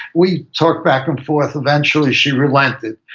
we talked back and forth. eventually she relented,